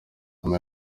nyuma